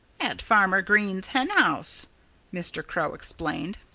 at farmer green's hen-house, mr. crow explained.